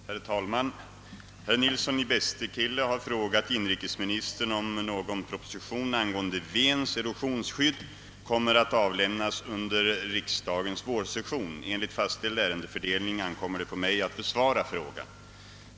Herr talman! Herr Nilsson i Bästekille har frågat inrikesministern, om någon proposition angående Vens erosionsskydd kommer att avlämnas under riksdagens vårsession. Enligt fastställd ärendefördelning ankommer det på mig att besvara frågan.